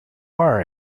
are